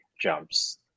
jumps